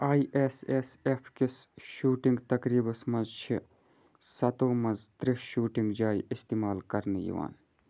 I S S F کِس shooting تقریٖبَس مَنٛز چِھ سَتو مَنٛز ترٛےٚ شوٗٹِنٛگ جایہِ اِستعمال کَرنہٕ یِوان